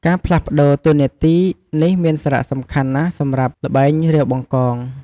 ការផ្លាស់ប្តូរតួនាទីនេះមានសារៈសំខាន់ណាស់សម្រាប់ល្បែង រាវបង្កង។